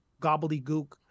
gobbledygook